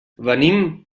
venim